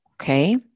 Okay